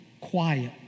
quiet